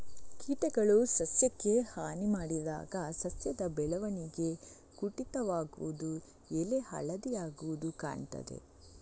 ಕೀಟಗಳು ಸಸ್ಯಕ್ಕೆ ಹಾನಿ ಮಾಡಿದಾಗ ಸಸ್ಯದ ಬೆಳವಣಿಗೆ ಕುಂಠಿತವಾಗುದು, ಎಲೆ ಹಳದಿ ಆಗುದು ಕಾಣ್ತದೆ